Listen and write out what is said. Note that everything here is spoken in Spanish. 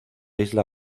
isla